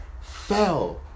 fell